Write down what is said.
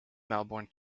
melbourne